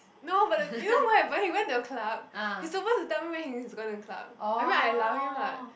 no but the you know what happen he went to a club he's suppose to tell me when he's gonna club I mean I allow him lah